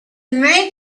merry